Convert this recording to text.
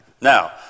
Now